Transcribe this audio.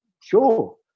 sure